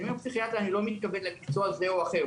כשאני אומר פסיכיאטריה אני לא מתכוון למקצוע זה או אחר,